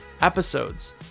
episodes